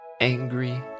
angry